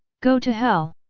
go to hell!